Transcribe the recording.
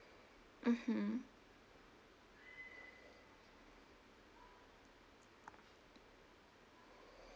mmhmm